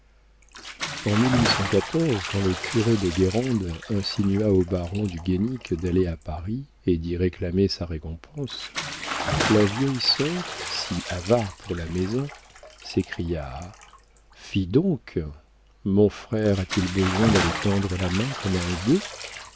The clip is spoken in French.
n quand le curé de guérande insinua au baron du guénic d'aller à paris et d'y réclamer sa récompense la vieille sœur si avare pour la maison s'écria fi donc mon frère a-t-il besoin d'aller tendre la main comme un gueux